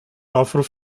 aufruf